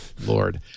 Lord